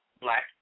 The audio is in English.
black